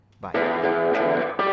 Bye